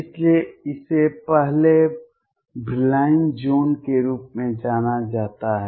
इसलिए इसे पहले ब्रिलॉइन ज़ोन के रूप में जाना जाता है